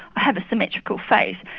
i have a symmetrical face,